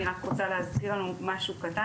אני רק רוצה להזכיר לנו משהו קטן,